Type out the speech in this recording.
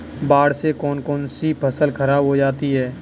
बाढ़ से कौन कौन सी फसल खराब हो जाती है?